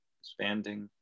expanding